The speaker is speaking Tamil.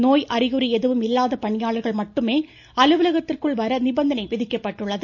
நோய் அறிகுறி எதுவும் இல்லாத பணியாளர்கள் மட்டுமே அலுவலகத்திற்குள் வர நிபந்தனை விதிக்கப்பட்டுள்ளது